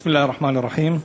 בסם אללה א-רחמאן א-רחים.